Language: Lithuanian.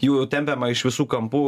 jų tempiama iš visų kampų